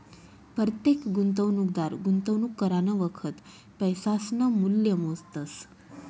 परतेक गुंतवणूकदार गुंतवणूक करानं वखत पैसासनं मूल्य मोजतस